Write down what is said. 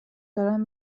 دارم